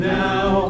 now